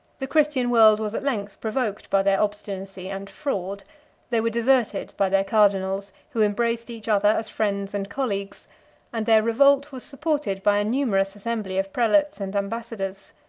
the christian world was at length provoked by their obstinacy and fraud they were deserted by their cardinals, who embraced each other as friends and colleagues and their revolt was supported by a numerous assembly of prelates and ambassadors.